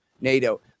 NATO